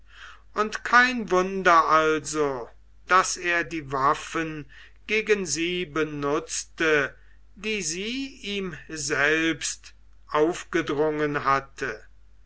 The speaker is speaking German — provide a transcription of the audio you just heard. und kein wunder also daß er die waffen gegen sie benutzte die sie ihm selbst aufgedrungen hatte